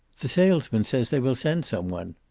the salesman says they will send some one.